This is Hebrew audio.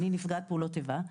אני נפגעת פעולות איבה,